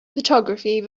photography